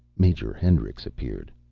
major hendricks appeared.